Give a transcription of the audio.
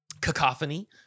cacophony